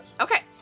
Okay